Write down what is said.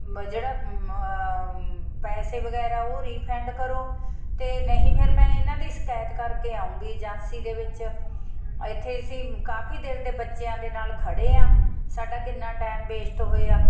ਮ ਜਿਹੜਾ ਮ ਪੈਸੇ ਵਗੈਰਾ ਉਹ ਰੀਫੰਡ ਕਰੋ ਅਤੇ ਨਹੀਂ ਫਿਰ ਮੈਂ ਇਹਨਾਂ ਦੀ ਸ਼ਿਕਾਇਤ ਕਰਕੇ ਆਊਂਗੀ ਏਜੰਸੀ ਦੇ ਵਿੱਚ ਇੱਥੇ ਅਸੀਂ ਕਾਫੀ ਦੇਰ ਦੇ ਬੱਚਿਆਂ ਦੇ ਨਾਲ ਖੜ੍ਹੇ ਹਾਂ ਸਾਡਾ ਕਿੰਨਾ ਟਾਈਮ ਵੇਸਟ ਹੋਇਆ